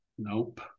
Nope